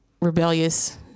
rebellious